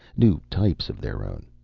new types of their own.